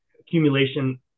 accumulation